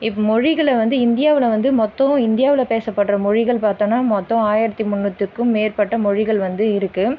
இப்போ மொழிகளை வந்து இந்தியாவில் வந்து மொத்தம் இந்தியாவில் பேசப்படுற மொழிகள் பார்த்தோன்னா மொத்தம் ஆயிரத்து முன்னூற்றுக்கும் மேற்பட்ட மொழிகள் வந்து இருக்கு